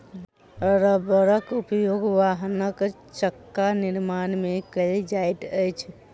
रबड़क उपयोग वाहनक चक्का निर्माण में कयल जाइत अछि